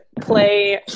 play